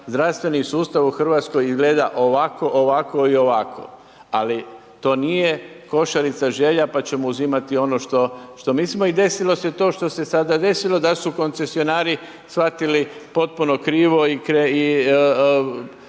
zdravstveni sustav u Hrvatskoj izgleda ovako, ovako i ovako, ali to nije košarica želja pa ćemo uzimati ono što mislimo i desilo se to što se sada desilo da su koncesionari shvatili potpuno krivo i